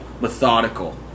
methodical